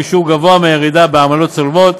ובשיעור גבוה מהירידה בעמלה צולבת,